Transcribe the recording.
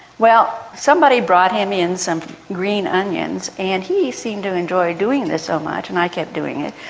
well, somebody brought him in some green onions, and he seemed to enjoy doing this so much and i kept doing it,